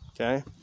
Okay